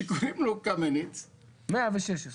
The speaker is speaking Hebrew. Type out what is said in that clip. שקוראים לו קמיניץ --- 116.